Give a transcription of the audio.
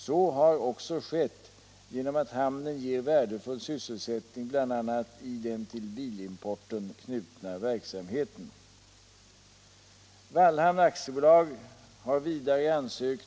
Så har också skett genom att hamnen ger värdefull sysselsättning bl.a. i den till bilimporten knutna verksamheten.